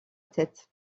tête